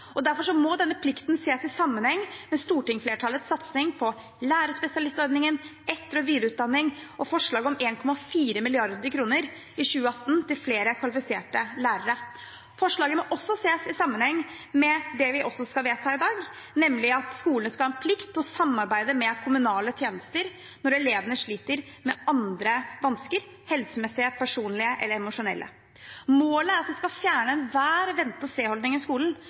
kommunene. Derfor må denne plikten ses i sammenheng med stortingsflertallets satsing på lærerspesialistordningen, etter- og videreutdanning og forslag om 1,4 mrd. kr i 2018 til flere kvalifiserte lærere. Forslaget må også ses i sammenheng med det vi også skal vedta i dag, nemlig at skolene skal ha en plikt til å samarbeide med kommunale tjenester når elevene sliter med andre vansker – helsemessige, personlige eller emosjonelle. Målet er at man skal fjerne enhver vente-og-se-holdning i skolen.